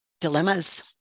dilemmas